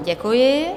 Děkuji.